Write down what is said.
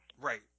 Right